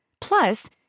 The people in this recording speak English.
Plus